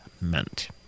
meant